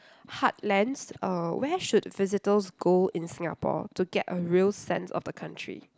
heartlands uh where should visitors go in Singapore to get a real sense of the country